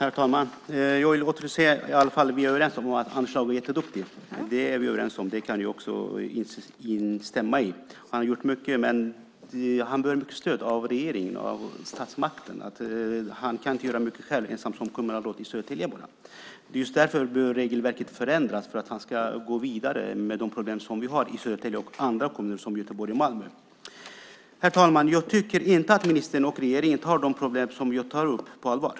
Herr talman! Jag vill återigen säga att vi är överens om att Anders Lago är jätteduktig. Det instämmer jag i. Han har gjort mycket, men han behöver mycket stöd av regeringen och statsmakten. Han kan inte göra så mycket själv ensam som kommunalråd i Södertälje. Just därför behöver regelverket förändras - för att han ska kunna gå vidare med de problem som vi har i Södertälje och andra kommuner som Göteborg och Malmö. Herr talman! Jag tycker inte att ministern och regeringen tar de problem som jag tar upp på allvar.